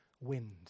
wind